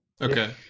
Okay